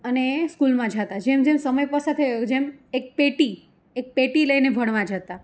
અને એ સ્કૂલમાં જતા જેમ જેમ સમય પસાર થયો જેમ એક પેટી એક પેટી લઈને ભણવા જતા